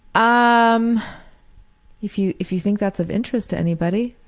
um if you if you think that's of interest to anybody.